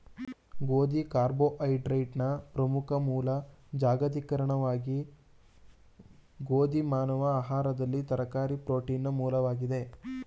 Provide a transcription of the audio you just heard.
ಗೋಧಿ ಕಾರ್ಬೋಹೈಡ್ರೇಟ್ನ ಪ್ರಮುಖ ಮೂಲ ಜಾಗತಿಕವಾಗಿ ಗೋಧಿ ಮಾನವ ಆಹಾರದಲ್ಲಿ ತರಕಾರಿ ಪ್ರೋಟೀನ್ನ ಮೂಲವಾಗಿದೆ